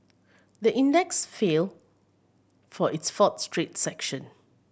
the index fell for its fourth straight session